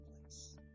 place